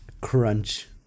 Crunch